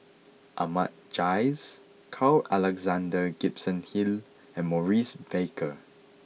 Ahmad Jais Carl Alexander Gibson Hill and Maurice Baker